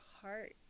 heart